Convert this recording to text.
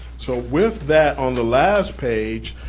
so with that on the last page,